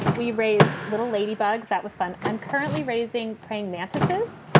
we raised little ladybugs. that was fun. i'm currently raising praying mantises.